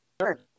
Sure